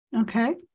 Okay